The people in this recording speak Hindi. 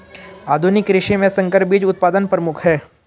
आधुनिक कृषि में संकर बीज उत्पादन प्रमुख है